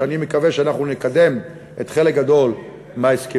ואני מקווה שעד אז אנחנו נקדם חלק גדול מההסכמים,